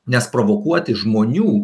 nes provokuoti žmonių